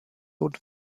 und